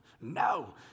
No